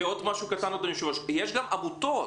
עוד משהו קטן, אדוני היושב-ראש, יש גם עמותות.